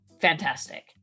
Fantastic